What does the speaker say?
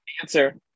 answer